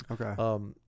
Okay